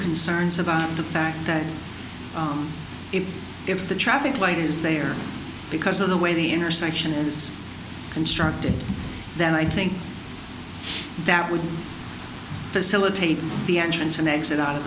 concerns about the fact that if if the traffic light is there because of the way the intersection is constructed then i think that we facilitate the entrance and exit out of